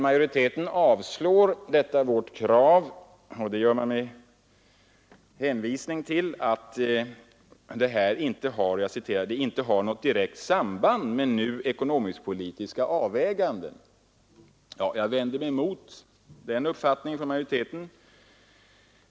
Majoriteten har avstyrkt detta vårt krav, och man har gjort det med hänvisning till att förslaget ”inte har något direkt samband med nu aktuella ekonomisk-politiska avväganden”. Jag vänder mig emot denna majoritetens uppfattning.